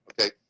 Okay